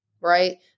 right